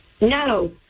No